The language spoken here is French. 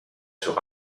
sur